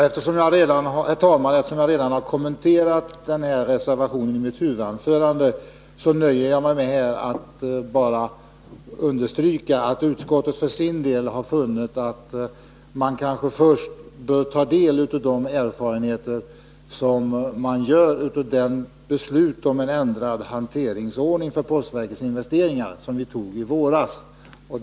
Herr talman! Eftersom jag redan har kommenterat den här reservationen i mitt huvudanförande, nöjer jag mig med att understryka att utskottet för sin del har funnit att vi kanske först bör ta del av erfarenheterna av det beslut om en ändrad hanteringsordning för postverkets investeringar som vi tog i våras.